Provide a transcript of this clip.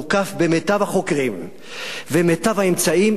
מוקף במיטב החוקרים ומיטב האמצעים,